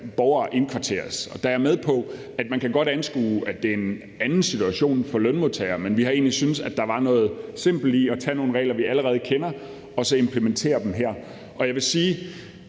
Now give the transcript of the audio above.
borgere skal indkvarteres. Jeg er med på, at man godt kan anskue det sådan, at det er en anden situation for lønmodtagere, men vi har egentlig syntes, at der var noget simpelt i at tage nogle regler, vi allerede kender, og så implementere dem her. Jeg vil sige,